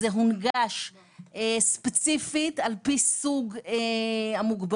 זה הונגש ספציפית על פי סוג המוגבלות.